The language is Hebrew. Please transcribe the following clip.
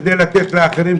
בכדי לתת לאחרים,